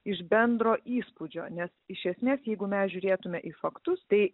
iš bendro įspūdžio nes iš esmės jeigu mes žiūrėtume į faktus tai